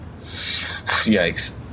Yikes